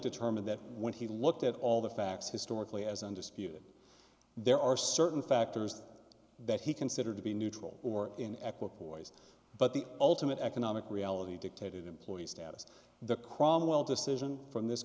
determined that when he looked at all the facts historically as undisputed there are certain factors that he considered to be neutral or in ecuador ways but the ultimate economic reality dictated employee status the cromwell decision from this